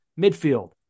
Midfield